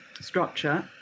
structure